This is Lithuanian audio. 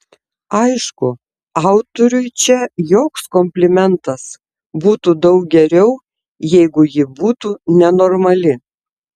aišku autoriui čia joks komplimentas būtų daug geriau jeigu ji būtų nenormali